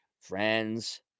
friends